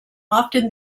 often